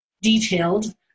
detailed